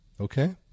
Okay